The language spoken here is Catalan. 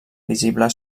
visible